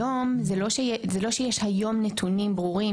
היום זה לא שיש היום נתונים ברורים,